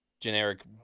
Generic